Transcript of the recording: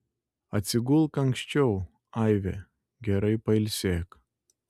atsigulk anksčiau aive gerai pailsėk